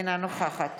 אינה נוכחת